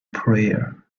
prayer